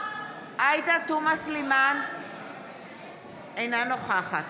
עאידה תומא סלימאן, אינה נוכחת